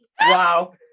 wow